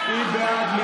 מי בעד?